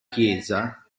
chiesa